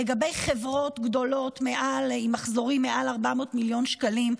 לגבי חברות גדולות עם מחזורים מעל 400 מיליון שקלים,